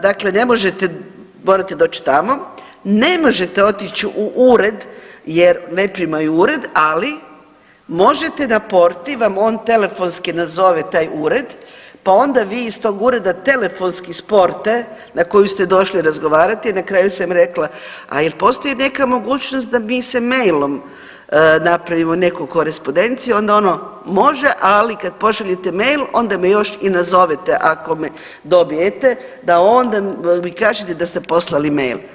Dakle, ne možete, morate doć tamo, ne možete otić u ured jer ne primaju u ured, ali možete na porti vam on telefonski nazove taj ured, pa onda vi iz tog ureda telefonski s porte na koju ste došli razgovarati na kraju sam rekla a jel postoji neka mogućnost da mi se mailom napravimo neku korespondenciju, onda ono može, ali kad pošaljete mail onda me još i nazovete ako me dobijete da onda mi kažete da ste poslali mail.